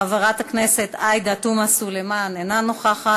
חבר הכנסת מנואל טרכטנברג, אינו נוכח.